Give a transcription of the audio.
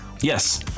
Yes